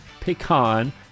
pecan